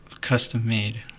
Custom-made